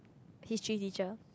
History teacher